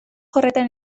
horretan